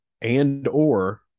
and/or